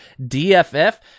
DFF